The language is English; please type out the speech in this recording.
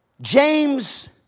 James